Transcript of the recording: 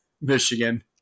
Michigan